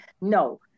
No